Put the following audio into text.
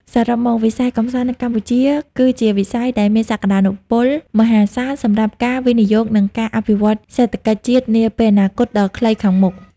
សរុបមក វិស័យកម្សាន្តនៅកម្ពុជាគឺជាវិស័យដែលមានសក្តានុពលមហាសាលសម្រាប់ការវិនិយោគ និងការអភិវឌ្ឍន៍សេដ្ឋកិច្ចជាតិនាពេលអនាគតដ៏ខ្លីខាងមុខ។